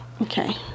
Okay